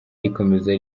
rikomeza